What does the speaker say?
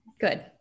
Good